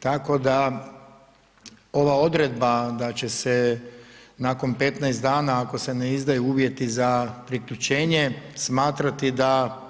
Tako da ova odredba da će se nakon 15 dana ako se ne izdaju uvjeti za priključenje smatrati da